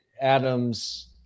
Adams